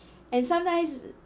and sometimes